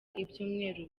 ibyumweru